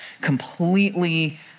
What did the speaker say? completely